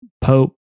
Pope